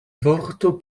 vorto